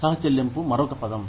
సహచెల్లింపు మరొక పదం